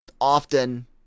often